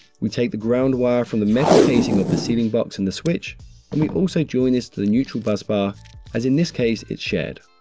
we take the ground wire from the metal casing of the sealing box and the switch and we also join this to the neutral bus bar as in this case it's shared.